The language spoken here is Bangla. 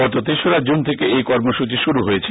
গত তেসরা জুন থেকে এই কর্মসূচি শুরু হয়েছে